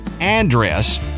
address